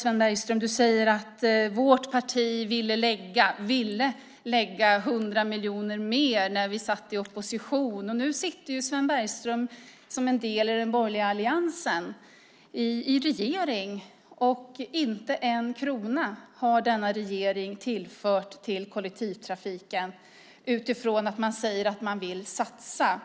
Sven Bergström säger att hans parti ville anslå 100 miljoner mer när de satt i opposition. Nu sitter Sven Bergström, som en del av den borgerliga alliansen, i regeringsställning, och inte en krona har den regeringen tillfört kollektivtrafiken, trots att man säger sig vilja satsa på den.